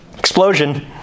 Explosion